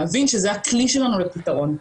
להבין שזה הכלי שלנו לפתרון.